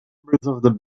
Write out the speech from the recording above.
members